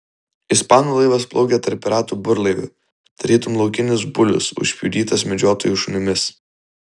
ispanų laivas plaukė tarp piratų burlaivių tarytum laukinis bulius užpjudytas medžiotojų šunimis